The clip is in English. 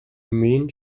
mean